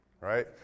right